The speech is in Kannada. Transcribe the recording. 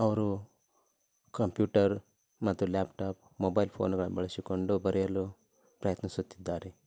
ಅವರು ಕಂಪ್ಯೂಟರ್ ಮತ್ತು ಲ್ಯಾಪ್ಟಾಪ್ ಮೊಬೈಲ್ ಫೋನುಗಳನ್ನು ಬಳಸಿಕೊಂಡು ಬರೆಯಲು ಪ್ರಯತ್ನಿಸುತ್ತಿದ್ದಾರೆ